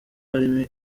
harimo